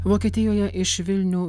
vokietijoje iš vilnių